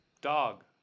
dog